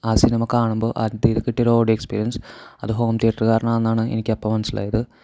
ആ സിനിമ കാണുമ്പോൾ അതിൻ്റേതിൽ കിട്ടിയ ഒരു ഓഡിയോ എക്സ്പീരിയൻസ് അത് ഹോം തീയറ്റർ കാരണമാണെന്നാണ് എനിക്ക് അപ്പോൾ മനസ്സിലായത്